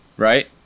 Right